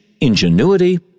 ingenuity